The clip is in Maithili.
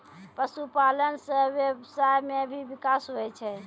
पशुपालन से व्यबसाय मे भी बिकास हुवै छै